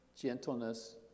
gentleness